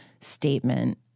statement